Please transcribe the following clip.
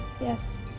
Yes